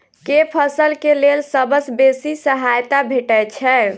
केँ फसल केँ लेल सबसँ बेसी सहायता भेटय छै?